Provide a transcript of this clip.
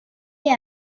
est